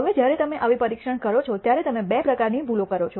હવે જ્યારે તમે આવી પરીક્ષણ કરો છો ત્યારે તમે બે પ્રકારની ભૂલો કરો છો